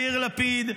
יאיר לפיד,